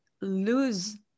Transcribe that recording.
lose